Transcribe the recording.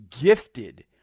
gifted